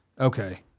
okay